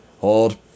Hold